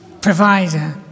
provider